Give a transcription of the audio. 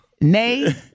Nay